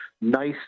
nice